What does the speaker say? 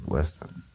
Western